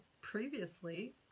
previously